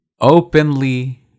openly